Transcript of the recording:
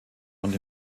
und